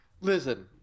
Listen